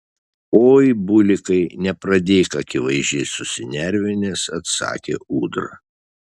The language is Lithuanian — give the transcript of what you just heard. oi bulikai nepradėk akivaizdžiai susinervinęs atsakė ūdra